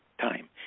time